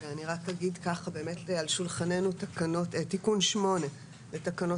אני רק אגיד שעל שולחננו תיקון מס' 8 לתקנות